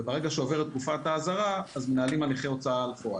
וברגע שעוברת תקופת האזהרה אז מנהלים הליכי הוצאה לפועל.